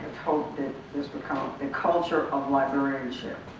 hope that this would count the culture of librarianship